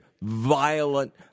violent